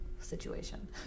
situation